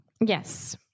yes